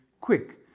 quick